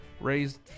Raised